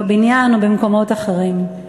בבניין או במקומות אחרים.